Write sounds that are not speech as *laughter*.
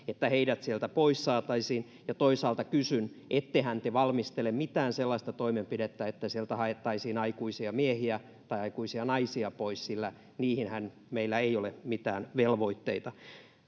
*unintelligible* että heidät sieltä pois saataisiin toisaalta kysyn ettehän te valmistele mitään sellaista toimenpidettä että sieltä haettaisiin aikuisia miehiä tai aikuisia naisia pois sillä heihinhän meillä ei ole mitään velvoitteita